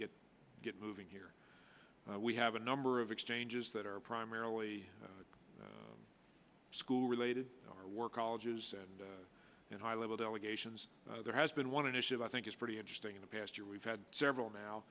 get get moving here we have a number of exchanges that are primarily school related our work colleges and and high level delegations there has been one initiative i think it's pretty interesting in the past year we've had several now